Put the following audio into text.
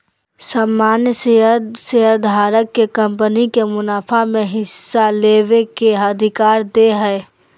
सामान्य शेयर शेयरधारक के कंपनी के मुनाफा में हिस्सा लेबे के अधिकार दे हय